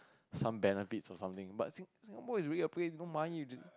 some benefits or something but Sin~ Singapore is really a place no money you just